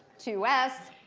two s.